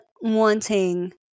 wanting